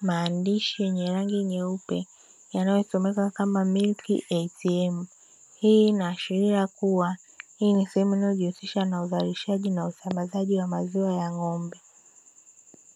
Maandishi nyerangi nyeupe yanayosomeka kama ''milki a t m''. Hii inaashiria kuwa hii ninayojihusisha na uzalishaji na usalamazaji wa maziwa ya ng'ombe.